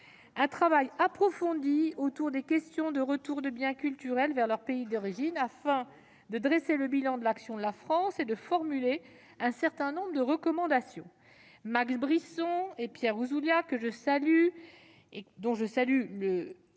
un travail approfondi sur les questions du retour des biens culturels vers leur pays d'origine, afin de dresser le bilan de l'action de la France et de formuler un certain nombre de recommandations. Max Brisson et Pierre Ouzoulias, dont je tiens